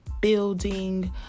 building